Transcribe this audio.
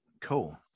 Cool